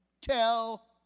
Tell